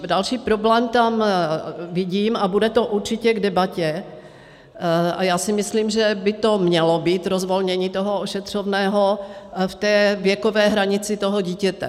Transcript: Další problém tam vidím, a bude to určitě k debatě, já si myslím, že by to mělo být rozvolnění ošetřovného v té věkové hranici dítěte.